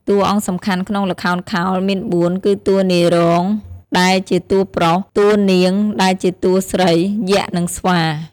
តួអង្គសំខាន់ក្នុងល្ខោនខោលមានបួន គឺតួនាយរោង ដែលជា តួប្រុស, តួនាង ដែលជា តួស្រី, យក្ស និងស្វា។